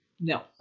No